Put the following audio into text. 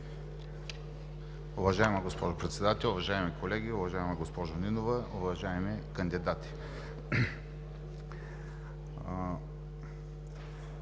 Уважаема госпожо Председател, уважаеми колеги, уважаема госпожо Нинова, уважаеми кандидати!